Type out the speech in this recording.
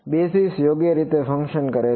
basis યોગ્ય રીતે function કરે છે